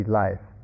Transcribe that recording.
life